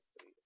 please